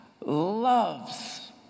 loves